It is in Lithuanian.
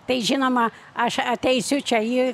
tai žinoma aš ateisiu čia į